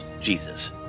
Jesus